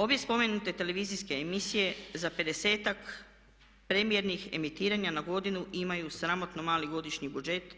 Obje spomenute televizijske emisije za pedesetak premijernih emitiranja na godinu imaju sramotno mali godišnji budžet